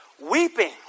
Weeping